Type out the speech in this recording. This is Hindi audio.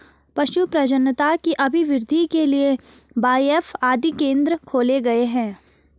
पशु प्रजननता की अभिवृद्धि के लिए बाएफ आदि केंद्र खोले गए हैं